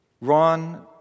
Ron